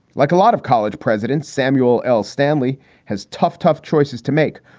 like a lot of college presidents, samuel l. stanley has tough, tough choices to make.